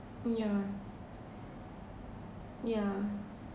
mm yeah yeah